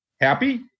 Happy